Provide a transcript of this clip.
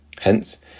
Hence